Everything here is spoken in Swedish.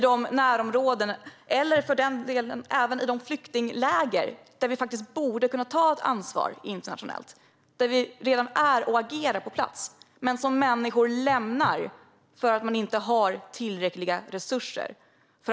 Det handlar om närområden och flyktingläger där vi borde kunna ta ett ansvar internationellt och där vi redan är och agerar på plats men som människor lämnar för att det inte finns tillräckliga resurser.